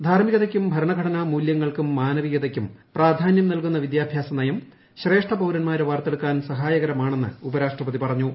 ധാർമ്മികതയ്ക്കും ഭരണഘടനാ മൂലൃങ്ങൾക്കും മാനവികതയ്ക്കും പ്രാധാന്യം നൽകുന്ന വിദ്യാഭ്യാസ നയം ശ്രേഷ്ഠപൌരൻമാരെ വാർത്തെടുക്കാൻ സഹായകരമാണെന്ന് ഉപരാഷ്ട്രപതി പറഞ്ഞു